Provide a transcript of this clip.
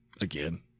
again